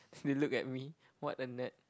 if you look at me what a nerd